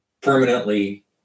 permanently